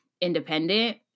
independent